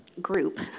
group